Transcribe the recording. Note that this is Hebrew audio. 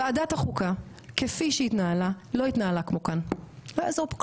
ועדת החוקה כפי שהתנהלה לא התנהלה כמו כאן ,לא יעזור פה כלום,